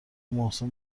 محسن